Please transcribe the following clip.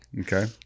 okay